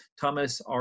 Thomas